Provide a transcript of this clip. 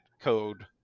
code